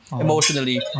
emotionally